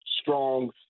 strong